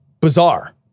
bizarre